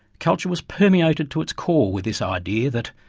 culture was permeated to its core with this idea that